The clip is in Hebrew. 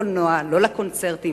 לא לקולנוע, לא לקונצרטים,